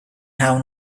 have